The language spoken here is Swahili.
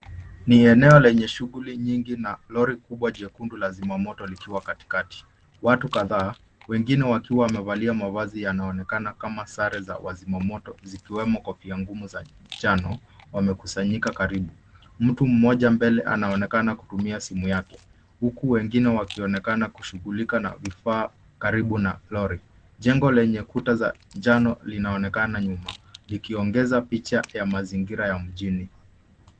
Ni eneo lenye shughuli nyingi na lori kubwa jekundu la zimamoto likiwa katikati. Watu kadhaa wengine wakiwa wamevalia mavazi yanayoonekana kama sare za wazimoto zikiwemo kofia ngumu za njano wamekusanyika karibu. Mtu mmoja mbele anaonekana kutumia simu yake huku wengine wakionekana kushughulika na vifaa karibu na lori. Jengo lenye kuta za njano linaonekana nyuma likiongeza picha ya mazingira ya mjini.